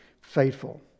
faithful